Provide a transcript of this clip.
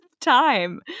time